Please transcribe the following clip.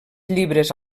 llibres